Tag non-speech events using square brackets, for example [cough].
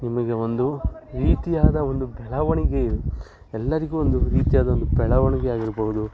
ನಿಮಗೆ ಒಂದು ರೀತಿಯಾದ ಒಂದು ಬೆಳವಣಿಗೆ [unintelligible] ಎಲ್ಲರಿಗೂ ಒಂದು ರೀತಿಯಾದ ಒಂದು ಬೆಳವಣಿಗೆ ಆಗಿರ್ಬೌದು